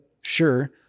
sure